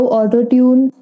auto-tune